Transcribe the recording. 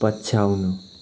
पछ्याउनु